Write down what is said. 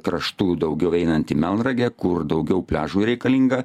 kraštų daugiau einant į melnragę kur daugiau pliažų reikalinga